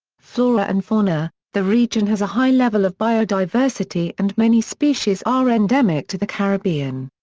flora and fauna the region has a high level of biodiversity and many species are endemic to the caribbean.